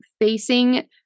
facing